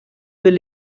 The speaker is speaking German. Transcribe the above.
will